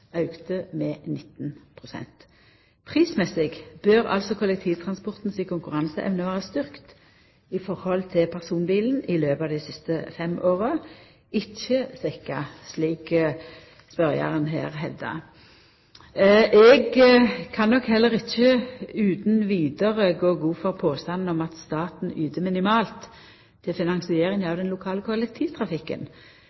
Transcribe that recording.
med 19 pst. Når det gjeld pris, bør kollektivtransporten si konkurranseevne vera styrkt i høve til personbilen i løpet av dei siste fem åra, ikkje svekt, slik spørjaren her hevdar. Eg kan nok heller ikkje utan vidare gå god for påstanden om at staten yter minimalt til finansieringa av